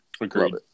Agreed